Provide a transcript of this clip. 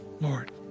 Lord